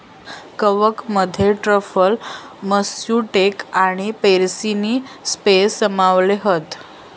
कवकमध्ये truffles, matsutake आणि porcini ceps सामावले हत